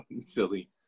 Silly